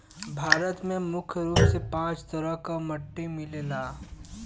भारत में मुख्य रूप से पांच तरह क मट्टी मिलला